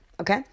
okay